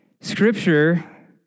scripture